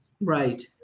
Right